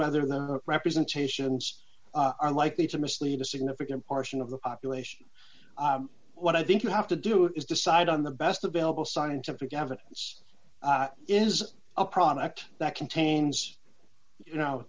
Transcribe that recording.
whether the representations are likely to mislead a significant portion of the population what i think you have to do is decide on the best available scientific evidence is a product that contains you know